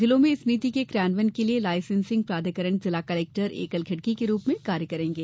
जिलों में इस नीति के क्रियान्वयन के लिए लायसेंसिंग प्राधिकरण जिला कलेक्टर एकल खिड़की के रूप में कार्य करेंगे